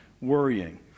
worrying